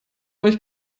euch